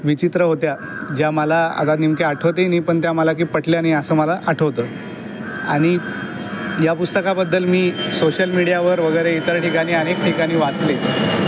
विचित्र होत्या ज्या मला आता नेमक्या आठवतही नाही पण त्या मला की पटल्या नाही असं मला आठवतं आणि या पुस्तकाबद्दल मी सोशल मिडियावर वगैरे इतर ठिकाणी अनेक ठिकाणी वाचले